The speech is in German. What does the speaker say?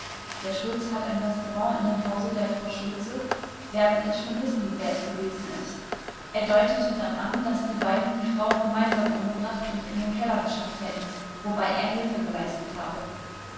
der schulz hat ein restaurant in dem hause der frau schultze werden es schon wissen wer es gewesen ist er deutete dann an daß die beiden die frauen gemeinsam umgebracht und in den keller geschafft hätten wobei er hilfe geleistet habe